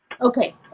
Okay